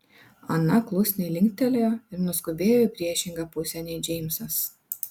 ana klusniai linktelėjo ir nuskubėjo į priešingą pusę nei džeimsas